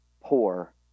poor